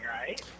right